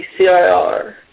CIR